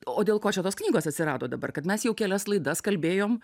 o dėl ko čia tos knygos atsirado dabar kad mes jau kelias laidas kalbėjom